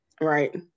Right